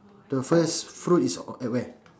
the first fruit is on at where